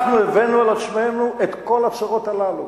אנחנו הבאנו על עצמנו את כל הצרות הללו.